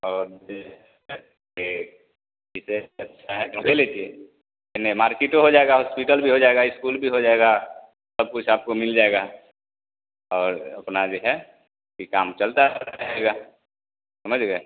और यह है के इसे अच्छा है तो ले लीजिए यानि मार्किटो हो जाएगा हॉस्पिटल भी हो जाएगा स्कूल भी हो जाएगा सब कुछ आपको मिल जाएगा और अपना जो है यह काम चलता रहेगा समझ गए